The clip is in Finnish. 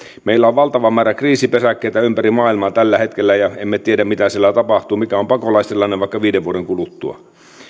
meillä on valtava määrä kriisipesäkkeitä ympäri maailmaa tällä hetkellä ja emme tiedä mitä siellä tapahtuu mikä on pakolaistilanne vaikka viiden vuoden kuluttua